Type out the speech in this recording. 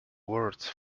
words